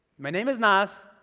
my name is nas,